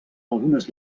algunes